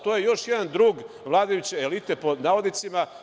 To je još jedan drug vladajuće elite, pod navodnicima.